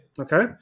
Okay